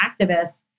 activists